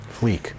Fleek